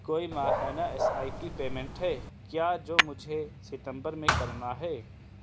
کوئی ماہانہ S I P payment ہے کیا جو مجھے ستمبر میں کرنا ہے